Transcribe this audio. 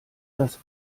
das